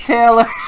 Taylor